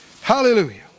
Hallelujah